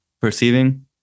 Perceiving